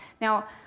Now